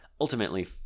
ultimately